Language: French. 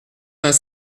vingt